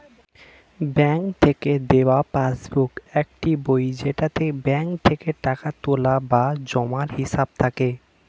bank থেকে দেওয়া passbook একটি বই যেটাতে ব্যাঙ্ক থেকে টাকা তোলা বা জমার হিসাব থাকে